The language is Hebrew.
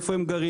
איפה הם גרים,